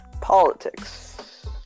Politics